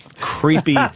creepy